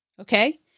Okay